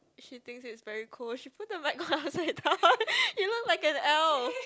she think it's very cold she put the mic on upside down you look like an elf